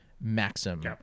maxim